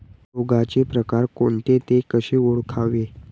रोगाचे प्रकार कोणते? ते कसे ओळखावे?